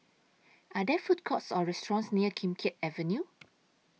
Are There Food Courts Or restaurants near Kim Keat Avenue